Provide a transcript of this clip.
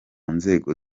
nzego